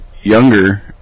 younger